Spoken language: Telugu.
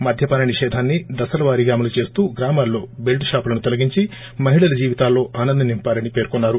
మద్యపాన నిషేధాన్ని దశల వారిగా అమలు చేస్తూ గ్రామాల్లో బెల్టు షాపులను తోలగించి మహిళల జీవితాల్లో ఆనందం నింపారని పేర్కొన్నారు